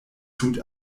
sud